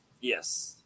Yes